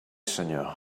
senyor